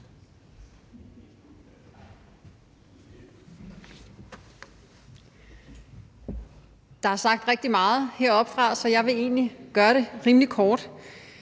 Der er sagt rigtig meget heroppefra, så jeg vil egentlig gøre det rimelig kort.